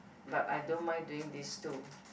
but I don't mind doing these two